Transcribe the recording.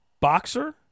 Boxer